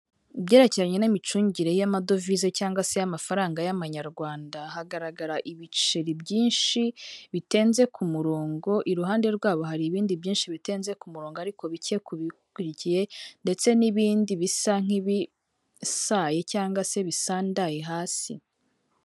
Ibyerekeranye n'imicungire y'amadovize cyangwa se y'amafaranga y'amanyarwanda, hagaragara ibiceri byinshi bitenze ku murongo, iruhande rwabo hari ibindi byinshi bitenze ku murongo ariko bike ku bibikurikiye ndetse n'ibindi bisa nk'ibisaye cyangwa se bisandaye hasi.